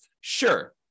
Sure